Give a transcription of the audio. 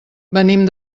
venim